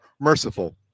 merciful